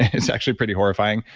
it's actually pretty horrifying.